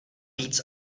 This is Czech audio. víc